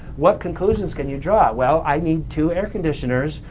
what conclusions can you draw? well i need two air-conditioners,